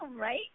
Right